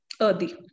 Earthy